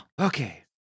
Okay